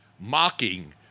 mocking